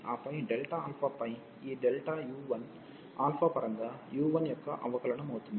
ఆపై డెల్టా ఆల్ఫాపై ఈ డెల్టా u 1 ఆల్ఫా పరంగా u 1 యొక్క అవకలనం అవుతుంది